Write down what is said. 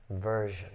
version